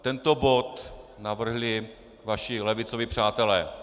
Tento bod navrhli vaši levicoví přátelé.